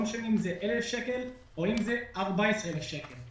וזה לא משנה אם זה 1,000 שקל או 14,000 שקל,